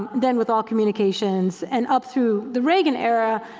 then with all communications, and up through the reagan era.